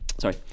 Sorry